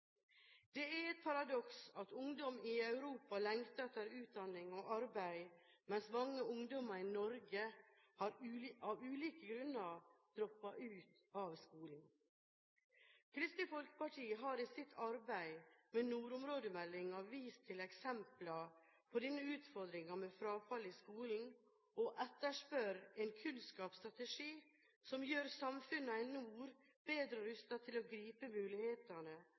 Det er et paradoks at ungdom i Europa «lengter etter» utdanning og arbeid, mens mange ungdommer i Norge av ulike grunner dropper ut av skolen. Kristelig Folkeparti har i sitt arbeid med nordområdemeldingen vist til eksempler på denne utfordringen med frafall i skolen og etterspør en kunnskapsstrategi som gjør samfunnene i nord bedre rustet til å gripe mulighetene